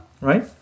right